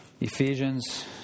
Ephesians